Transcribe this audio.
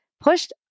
pushed